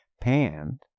panned